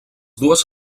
dues